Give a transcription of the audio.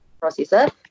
processor